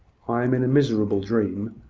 i am in a miserable dream.